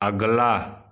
अगला